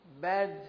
bad